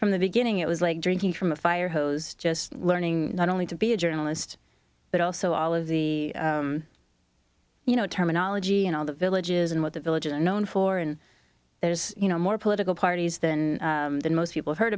from the beginning it was like drinking from a fire hose just learning not only to be a journalist but also all of the you know terminology and all the villages and what the villages are known for and there's you know more political parties than than most people heard